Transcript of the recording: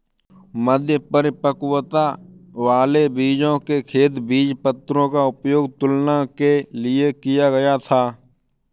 मध्य परिपक्वता वाले बीजों के खेत बीजपत्रों का उपयोग तुलना के लिए किया गया था